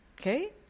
Okay